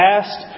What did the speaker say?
past